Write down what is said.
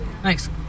Thanks